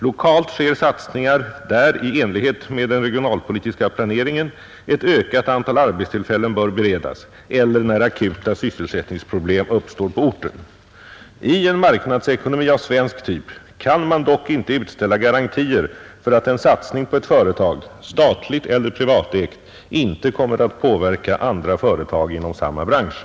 Lokalt sker satsningar där i enlighet med den regionalpolitiska planeringen ett ökat antal arbetstillfällen bör beredas eller när akuta sysselsättningsproblem uppstår på orten. I en marknadsekonomi av svensk typ kan man dock inte utställa garantier för att satsning på ett företag, statligt eller privatägt, inte kommer att påverka andra företag inom samma bransch.